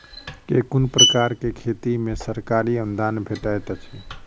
केँ कुन प्रकारक खेती मे सरकारी अनुदान भेटैत अछि?